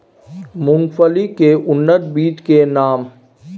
मूंगफली के उन्नत बीज के नाम?